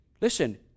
Listen